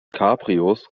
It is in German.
cabrios